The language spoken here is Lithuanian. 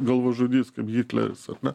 galvažudys kaip hitleris ar ne